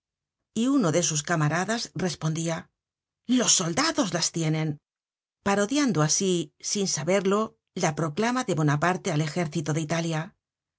y uno'de sus camaradas respondia los soldados las tienen parodiando asi sin saberlo la proclama de bonaparte al ejército de italia